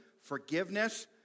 forgiveness